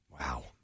Wow